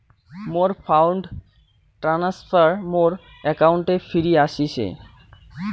মোর fund transfer মোর অ্যাকাউন্টে ফিরি আশিসে